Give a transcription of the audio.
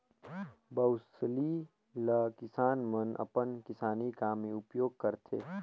बउसली ल किसान मन अपन किसानी काम मे उपियोग करथे